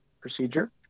procedure